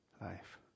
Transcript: life